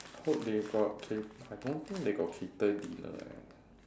hope they got ca~ I don't think they got cater dinner leh